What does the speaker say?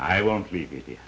i won't leave you